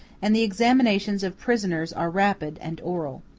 and the examinations of prisoners are rapid and oral.